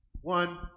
One